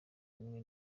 umwe